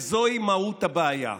וזוהי מהות הבעיה.